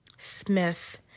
Smith